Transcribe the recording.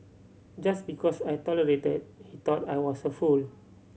just because I tolerated he thought I was a fool